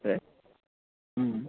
হয়